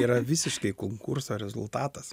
yra visiškai konkurso rezultatas